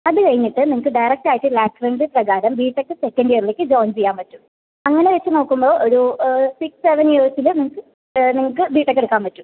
അതുകഴിഞ്ഞിട്ട് നിങ്ങക്ക് ഡയറക്റ്റ് ആയിട്ട് ലാറ്ററൽ എൻട്രി പ്രകാരം ബിടെക്ക് സെക്കൻഡ് ഇയറിലേക്ക് ജോയിൻ ചെയ്യാൻ പറ്റും അങ്ങനെ വെച്ചുനോക്കുമ്പോൾ ഒരു സിക്സ് സെവൻ ഇയേഴ്സിൽ നിങ്ങൾക്ക് നിങ്ങൾക്ക് ബിടെക്ക് എടുക്കാൻ പറ്റും